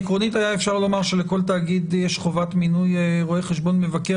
עקרונית היה אפשר לומר שלכל שתאגיד יש חובת מינוי רואה חשבון מבקר